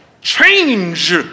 Change